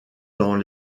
dans